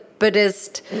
Buddhist